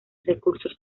recursos